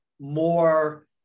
more